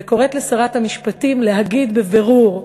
וקוראת לשרת המשפטים להגיד בבירור,